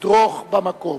לדרוך במקום.